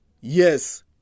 Yes